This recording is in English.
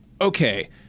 okay